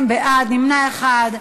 32 בעד, ונמנע אחד.